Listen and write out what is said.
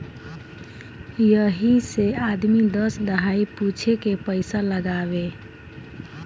यही से आदमी दस दहाई पूछे के पइसा लगावे